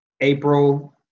April